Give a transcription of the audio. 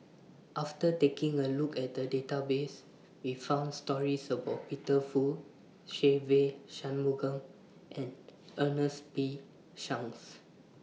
after taking A Look At The Database We found stories about Peter Fu Se Ve Shanmugam and Ernest P Shanks